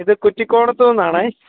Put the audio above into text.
ഇത് കുറ്റി കോണത്ത് നിന്നാണ്